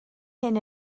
hyn